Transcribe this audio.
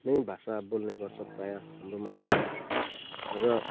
नै भाषा बोल्ने गर्छ प्राय हाम्रो मानिसहरू र